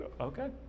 Okay